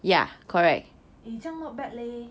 eh 这样 not bad leh